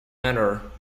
enter